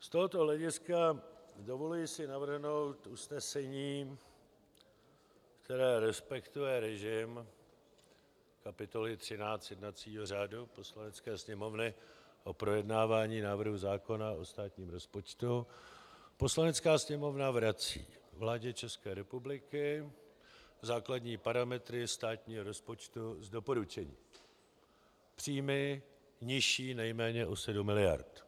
Z tohoto hlediska si dovoluji navrhnout usnesení, které respektuje režim kapitoly 13 jednacího řádu Poslanecké sněmovny o projednávání návrhu zákona o státním rozpočtu: Poslanecká sněmovna vrací vládě České republiky základní parametry státního rozpočtu s doporučením: Příjmy nižší nejméně o 7 mld.